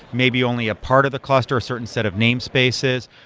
maybe only a part of the cluster or certain set of name spaces.